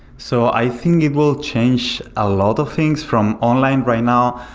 so i think it will change a lot of things from online right now.